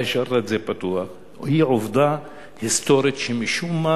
השארת פתוח הוא העובדה ההיסטורית שמשום-מה